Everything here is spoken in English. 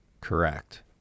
Correct